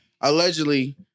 allegedly